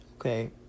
Okay